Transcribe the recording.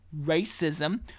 racism